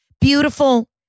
beautiful